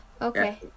okay